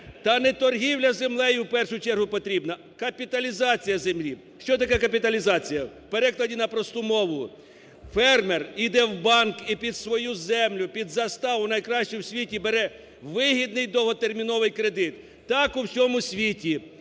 "Та не торгівля землею, в першу чергу, потрібна, капіталізація землі". Що таке капіталізація? В перекладі на просту мову – фермер йде в банк і під свою землю, під заставу найкращу в світі бере вигідний довготерміновий кредит. Так у всьому світі